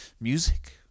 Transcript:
music